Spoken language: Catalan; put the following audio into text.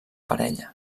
parella